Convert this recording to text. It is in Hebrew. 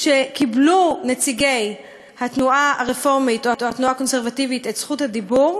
שקיבלו נציגי התנועה הרפורמית או התנועה הקונסרבטיבית את רשות הדיבור,